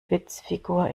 witzfigur